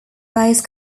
base